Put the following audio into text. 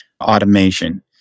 automation